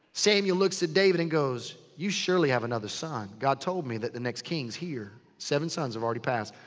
samuel looks at david and goes, you surely have another son. god told me that the next king's here. seven sons have already passed.